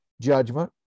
judgment